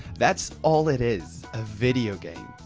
that's all it is! a video game!